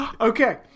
Okay